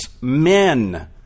men